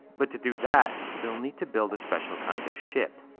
but to do that, they'll need to build a special kind of ship.